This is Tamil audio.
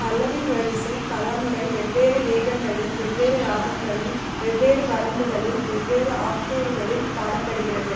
பல்லவி வரிசை பலமுறை வெவ்வேறு வேகங்களில் வெவ்வேறு ராகங்களின் வெவ்வேறு வரம்புகளில் வெவ்வேறு ஆக்டேவ்களில் பாடப்படுகிறது